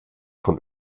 von